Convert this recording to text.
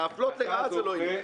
להפלות לרעה זה לא ילך.